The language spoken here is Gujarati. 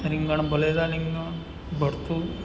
રીંગણ ભરેલા રીંગણ ભરતું